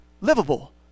livable